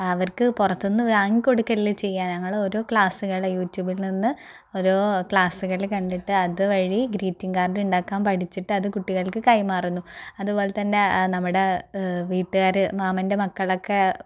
അവർക്ക് പുറത്തുനിന്ന് വാങ്ങി കൊടുക്കുക അല്ല ചെയ്യുക ഞങ്ങൾ ഓരോ ക്ലാസുകള് യൂട്യൂബിൽ നിന്ന് ഓരോ ക്ലാസുകൾ കണ്ടിട്ട് അത് വഴി ഗ്രീറ്റിംഗ് കാർഡ് ഉണ്ടാക്കാൻ പഠിച്ചിട്ട് അത് കുട്ടികൾക്ക് കൈമാറുന്നു അതുപോലെ തന്നെ നമ്മുടെ വീട്ടുകാര് മാമൻ്റെ മക്കളൊക്കെ